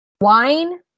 Wine